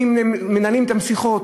מנהלים אתם שיחות.